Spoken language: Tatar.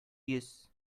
йөз